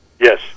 Yes